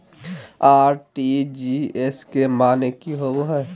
RTGS के माने की होबो है?